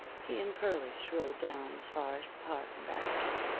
he and pearlie strolled down as far as the park and back again.